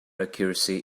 accuracy